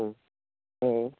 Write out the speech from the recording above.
औ